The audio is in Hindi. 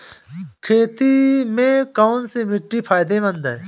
खेती में कौनसी मिट्टी फायदेमंद है?